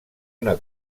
una